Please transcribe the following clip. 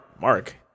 Mark